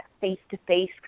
face-to-face